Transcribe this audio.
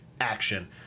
action